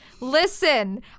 listen